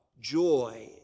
joy